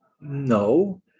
no